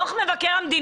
אני